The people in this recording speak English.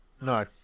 no